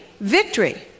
Victory